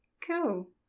Cool